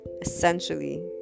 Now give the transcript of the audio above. essentially